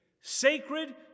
Sacred